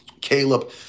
Caleb